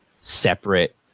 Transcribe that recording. separate